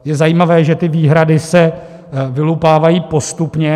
Je zajímavé, že ty výhrady se vyloupávají postupně.